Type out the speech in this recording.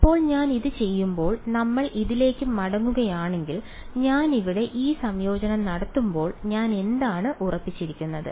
ഇപ്പോൾ ഞാൻ ഇത് ചെയ്യുമ്പോൾ നമ്മൾ ഇതിലേക്ക് മടങ്ങുകയാണെങ്കിൽ ഞാൻ ഇവിടെ ഈ സംയോജനം നടത്തുമ്പോൾ ഞാൻ എന്താണ് ഉറപ്പിച്ചിരിക്കുന്നത്